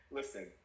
listen